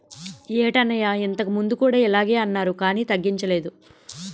ఏటన్నయ్యా ఇంతకుముందు కూడా ఇలగే అన్నారు కానీ తగ్గించలేదు